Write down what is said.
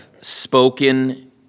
spoken